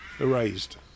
Erased